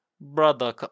brother